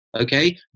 okay